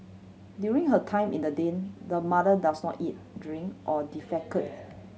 during her time in the den the mother does not eat drink or defecate